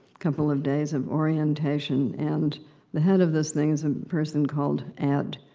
couple of days of orientation, and the head of this thing is a person called ed.